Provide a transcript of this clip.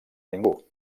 ningú